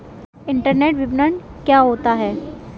Internet विपणन क्या होता है?